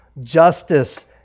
justice